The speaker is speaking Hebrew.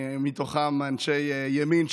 מתוכם אנשי הימין,